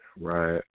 Right